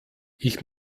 ich